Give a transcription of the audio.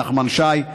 נחמן שי,